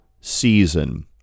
season